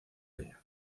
ella